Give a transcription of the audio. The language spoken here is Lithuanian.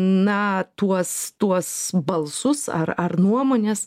na tuos tuos balsus ar ar nuomones